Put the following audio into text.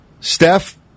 Steph